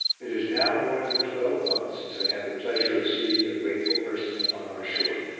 it is now more than twelve months since i had the pleasure of seeing your grateful person upon our shore.